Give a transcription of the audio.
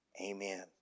Amen